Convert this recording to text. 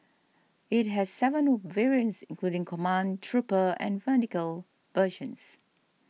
it has seven variants including command trooper and medical versions